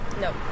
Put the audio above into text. No